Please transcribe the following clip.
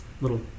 little